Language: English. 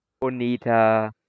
Onita